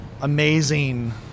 amazing